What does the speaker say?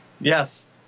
Yes